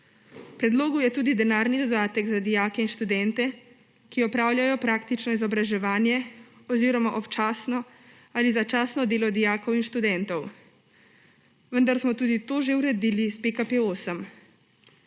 predlogu je tudi denarni dodatek za dijake in študente, ki opravljajo praktično izobraževanje oziroma občasno ali začasno delo dijakov in študentov. Vendar smo tudi to že uredili s PKP 8.